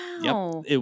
Wow